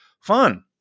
fun